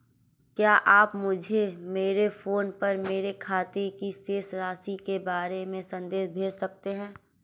क्या आप मुझे मेरे फ़ोन पर मेरे खाते की शेष राशि के बारे में संदेश भेज सकते हैं?